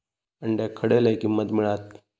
अंड्याक खडे लय किंमत मिळात?